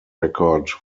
record